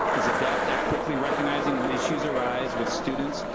is adept at quickly recognizing when issues arise with students,